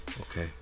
Okay